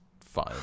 fine